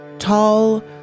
tall